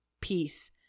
peace